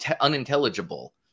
unintelligible